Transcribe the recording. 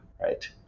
right